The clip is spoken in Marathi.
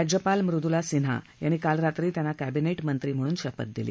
राज्यपाल मुदुला सिन्हा यांनी काल रात्री त्यांना कॅबिनेट मंत्री म्हणून शपथ दिली